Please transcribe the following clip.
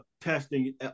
testing